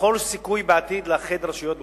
לכל סיכוי בעתיד לאחד רשויות מקומיות.